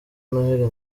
noheli